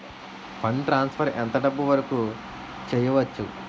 Fund transfer ఎంత డబ్బు వరుకు చేయవచ్చు?